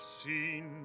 seen